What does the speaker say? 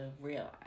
realize